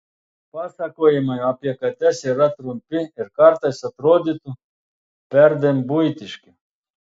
pasakojimai apie kates yra trumpi ir kartais atrodytų perdėm buitiški